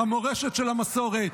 המורשת של המסורת,